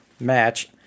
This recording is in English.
match